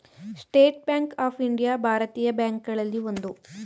state Bank of India ಭಾರತೀಯ bank ಗಳಲ್ಲಿ ಒಂದು